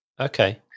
Okay